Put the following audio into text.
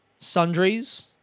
sundries